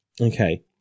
okay